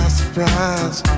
surprise